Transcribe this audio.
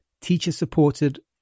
teacher-supported